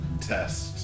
test